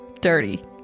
dirty